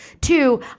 Two